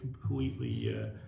completely